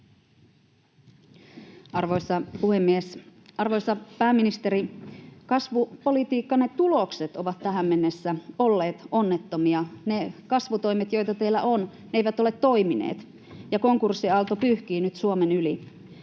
Arvoisa puhemies! Arvoisa pääministeri, kasvupolitiikkaanne tulokset ovat tähän mennessä olleet onnettomia. Ne kasvutoimet, joita teillä on, eivät ole toimineet, ja konkurssiaalto pyyhkii nyt Suomen yli.